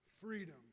Freedom